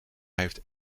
heeft